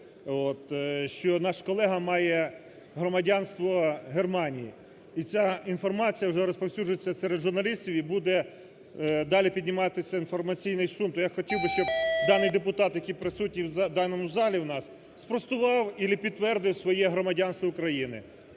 що наш колега має громадянство Германії. І ця інформація вже розповсюджується серед журналістів, і буде далі підніматися інформаційний шум. То я хотів би, щоб даний депутат, який присутній в даному залі в нас, спростував или підтвердив своє громадянство України,